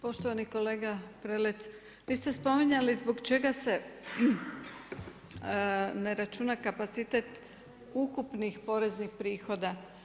Poštovani kolega Prelec, vi ste spominjali zbog čega se ne računa kapacitet ukupnih poreznih prihoda.